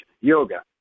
yoga